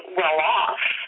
well-off